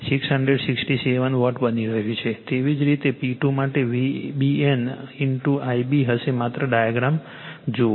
તેથી તે 667 વોટ બની રહ્યું છે તેવી જ રીતે P2 માટે તે VBN Ib હશે માત્ર ડાયાગ્રામ જુઓ